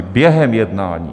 Během jednání!